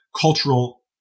cultural